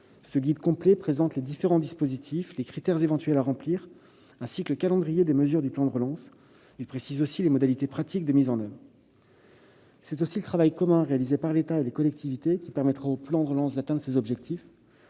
Ce guide complet présente les différents dispositifs, les critères éventuels à remplir, ainsi que le calendrier des mesures du plan de relance. Il en précise également les modalités pratiques de mise en oeuvre. C'est aussi le travail commun réalisé par l'État et les collectivités territoriales qui permettra d'atteindre les objectifs